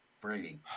Brady